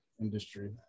industry